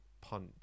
punch